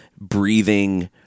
breathing